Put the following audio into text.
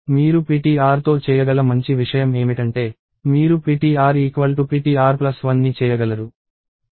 మీరు ptr తో చేయగల మంచి విషయం ఏమిటంటే మీరు ptr ptr 1 ని చేయగలరు